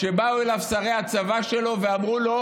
כשבאו אל אספסיאנוס שרי הצבא שלו ואמרו לו: